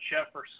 Jefferson